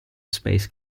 space